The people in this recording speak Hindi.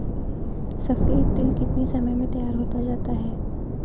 सफेद तिल कितनी समय में तैयार होता जाता है?